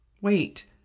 Wait